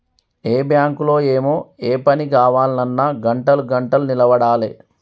ఏం బాంకులో ఏమో, ఏ పని గావాల్నన్నా గంటలు గంటలు నిలవడాలె